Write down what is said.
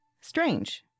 Strange